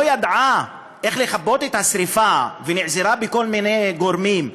ידעה איך לכבות את השרפה ונעזרה בכל מיני גורמים,